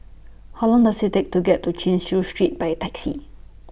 How Long Does IT Take to get to Chin Chew Street By Taxi